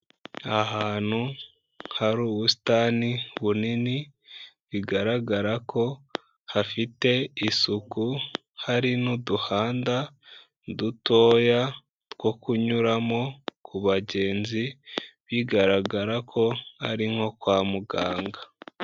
Ahantu hari ubusitani bunini, bigaragara ko hafite isuku, hari n'uduhanda dutoya two kunyuramo ku bagenzi, bigaragara ko ari nko kwa muganga.